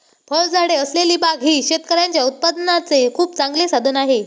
फळझाडे असलेली बाग ही शेतकऱ्यांच्या उत्पन्नाचे खूप चांगले साधन आहे